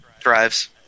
drives